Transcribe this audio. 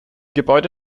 gebäude